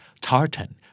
tartan